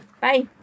Bye